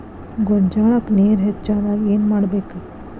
ಗೊಂಜಾಳಕ್ಕ ನೇರ ಹೆಚ್ಚಾದಾಗ ಏನ್ ಮಾಡಬೇಕ್?